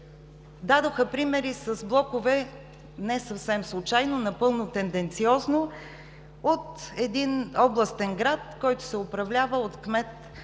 дадоха примери с блокове – неслучайно, напълно тенденциозно, от един областен град, който се управлява от кмет от